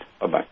Bye-bye